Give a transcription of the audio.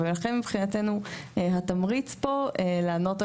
ולכן מבחינתנו התמריץ פה לענות על